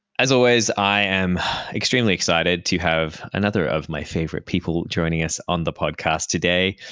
as always, i am extremely excited to have another of my favorite people joining us on the podcast today.